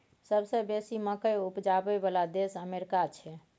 सबसे बेसी मकइ उपजाबइ बला देश अमेरिका छै